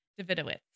Davidowitz